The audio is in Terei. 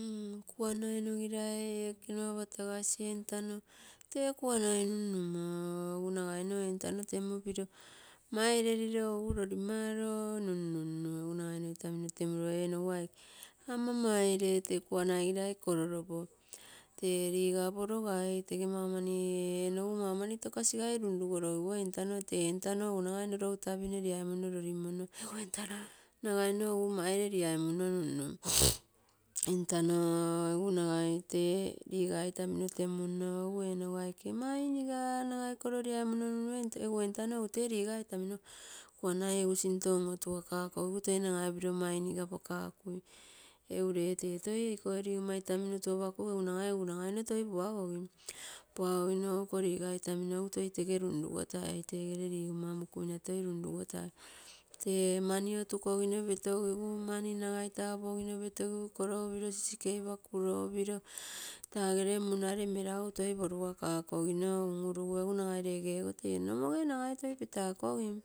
Ee kuanainogirai ekenua patagasi entano tee kuanai nunnumoo, egu nagaimo entano temmopiro mairepiro, egu lorimaro nunnunnu, egu nagaimo itamino temuro, egu onosu ama maire tee kuanaigirai korolopo tee lisa porogai tee ee amau mani tokasigai runrugorogiguo entano, tee entano nagaino lou tapinegai liaimunno lorimonno, egu entano nagai maire liaimunno nunnun, entanoo egu nagai tee liga itamimo tamunno, egu enogu aike mainigaa nagai kolo liaimunno nunnumm, egu entano egu tee lisa itamino kuanai sinto on-otugakakogigu toi nagai upiro mainigapakakui. Egu lee tee toi tege liga itamino tuopakugu nagai egu toi puagogim, puaga gino egu iko lisa itamino tege runrugotai, tegere ligomma mokumina toi runrugotai tee mani otukogino petogigu tee mani tapuogino petogigu kolo upiro sisikei pakuro upiro tagere munare meragu porugakako gigu un-urugu, nasai legeogo, nagai toi petakogim.